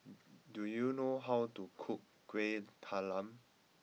do you know how to cook Kueh Talam